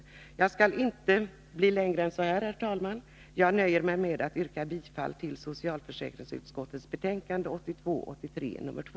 Mitt anförande skall inte bli längre än så här, herr talman, utan jag nöjer mig med att yrka bifall till hemställan i socialförsäkringsutskottets betänkande 1982/83:2.